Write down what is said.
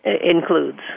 includes